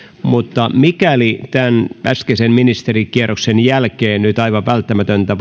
mutta mikäli tämän äskeisen ministerikierroksen jälkeen nyt aivan välttämätöntä